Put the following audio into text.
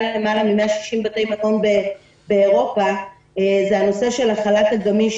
יותר מ-160 בתי מלון באירופה זה הנושא של החל"ת הגמיש,